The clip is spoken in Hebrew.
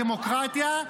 דמוקרטיה,